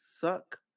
suck